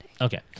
Okay